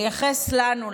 לייחס לנו,